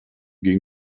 gegen